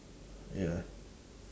ya